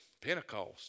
Pentecost